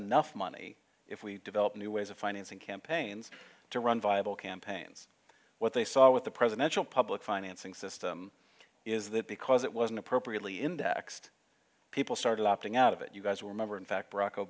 enough money if we develop new ways of financing campaigns to run viable campaigns what they saw with the presidential public financing system is that because it wasn't appropriately indexed people started opting out of it you guys remember in fact b